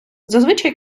зазвичай